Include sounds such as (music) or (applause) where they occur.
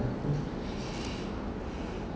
(breath)